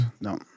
No